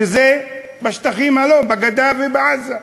שזה בשטחים, בגדה ובעזה.